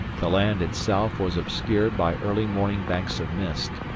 the land itself was obscured by early morning banks of mist,